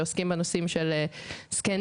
שעוסקים בנושאים של זקנים,